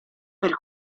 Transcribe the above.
per